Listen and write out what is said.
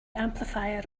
amplifier